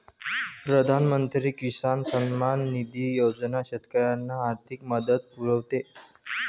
प्रधानमंत्री किसान सन्मान निधी योजना शेतकऱ्यांना आर्थिक मदत पुरवते